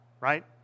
Right